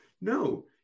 No